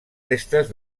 restes